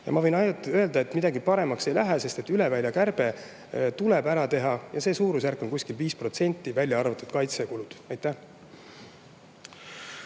Ma võin ainult öelda, et midagi paremaks ei lähe, sest üleväljakärbe tuleb ära teha, ja selle suurusjärk on 5%, välja arvatud kaitsekulud. Suur